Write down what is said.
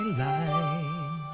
life